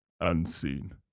Unseen